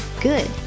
Good